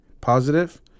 positive